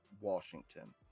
Washington